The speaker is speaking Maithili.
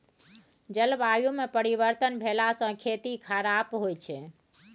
जलवायुमे परिवर्तन भेलासँ खेती खराप होए छै